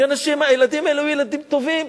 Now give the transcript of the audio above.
כי הילדים האלה היו ילדים טובים,